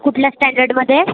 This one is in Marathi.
कुठल्या स्टँडर्डमध्ये